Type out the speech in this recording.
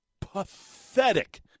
pathetic